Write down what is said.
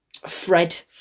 Fred